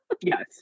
Yes